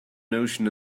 notion